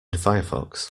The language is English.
firefox